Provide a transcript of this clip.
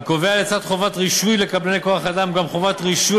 הקובע לצד חובת רישוי לקבלני כוח-אדם גם חובת רישוי